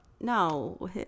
no